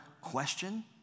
question